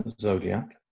Zodiac